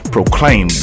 Proclaim